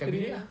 anything else